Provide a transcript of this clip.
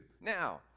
Now